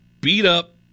beat-up